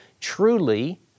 Truly